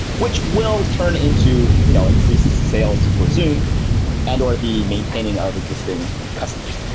which will turn into you know increased sales for zoom and or the maintaining of existing customers.